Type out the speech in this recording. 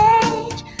age